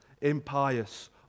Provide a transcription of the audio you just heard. impious